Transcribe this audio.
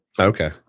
Okay